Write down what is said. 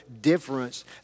difference